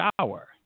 shower